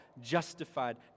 justified